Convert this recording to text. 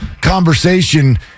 conversation